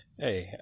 Hey